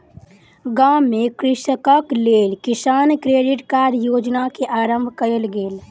गाम में कृषकक लेल किसान क्रेडिट कार्ड योजना के आरम्भ कयल गेल